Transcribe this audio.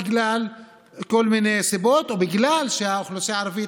בגלל כל מיני סיבות או בגלל שהאוכלוסייה הערבית